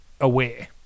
aware